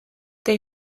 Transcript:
they